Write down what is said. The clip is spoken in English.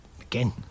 Again